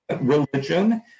religion